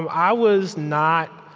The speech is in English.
um i was not